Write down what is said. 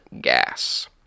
gas